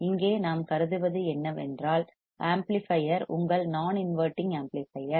இங்கே நாம் கருதுவது என்னவென்றால் ஆம்ப்ளிபையர் உங்கள் நான் இன்வெர்ட்டிங் ஆம்ப்ளிபையர்